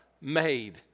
made